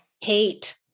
Hate